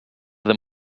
them